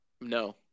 No